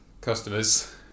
customers